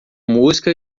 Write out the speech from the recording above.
música